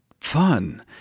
fun